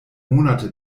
monate